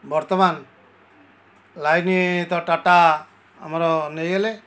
ବର୍ତ୍ତମାନ ଲାଇନ୍ ତ ଟାଟା ଆମର ନେଇଗଲେ